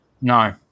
no